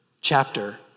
chapter